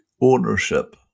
ownership